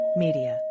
media